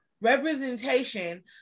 representation